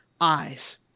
eyes